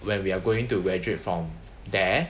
when we're going to graduate from there